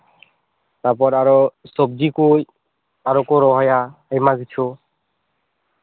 ᱛᱟᱨᱯᱚᱨ ᱟᱨᱚ ᱥᱚᱵᱽᱡᱤ ᱠᱚ ᱟᱨᱚ ᱠᱚ ᱨᱚᱦᱚᱭᱟ ᱟᱭᱢᱟ ᱠᱤᱪᱷᱩ